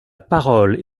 parole